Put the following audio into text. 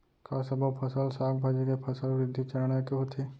का सबो फसल, साग भाजी के फसल वृद्धि चरण ऐके होथे?